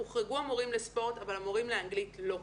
הוחרגו המורים לספורט אבל המורים לאנגלית לא.